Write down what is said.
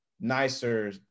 nicer